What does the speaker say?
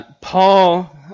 Paul